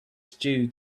stew